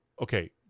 okay